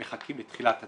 מחכים לתחילת הטיפול.